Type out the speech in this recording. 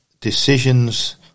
Decisions